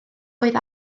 oedd